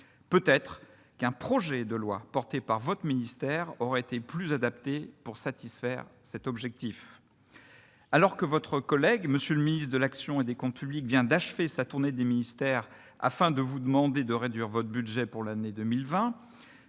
Peut-être le dépôt d'un projet de loi par votre ministère aurait-il été plus approprié pour atteindre cet objectif. Alors que votre collègue le ministre de l'action et des comptes publics vient d'achever sa tournée des ministères afin de leur demander de réduire leurs budgets pour l'année 2020,